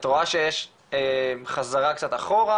את רואה שיש קצת חזרה אחורה,